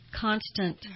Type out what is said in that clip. constant